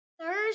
thursday